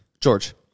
George